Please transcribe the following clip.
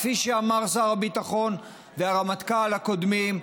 כפי שאמרו שר ביטחון והרמטכ"ל הקודמים,